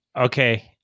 Okay